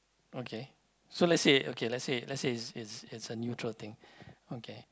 okay so let's say okay let's say it's a neutral thing